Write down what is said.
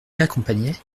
l’accompagnait